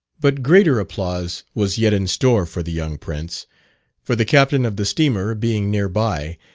but greater applause was yet in store for the young prince for the captain of the steamer being near by,